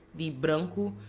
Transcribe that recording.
the branco,